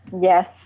Yes